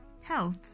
health